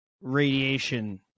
radiation